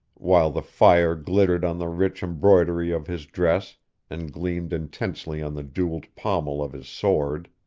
while the fire glittered on the rich embroidery of his dress and gleamed intensely on the jewelled pommel of his sword.